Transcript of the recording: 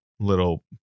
little